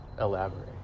Elaborate